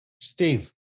Steve